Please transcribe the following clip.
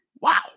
Wow